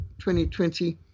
2020